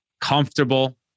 Comfortable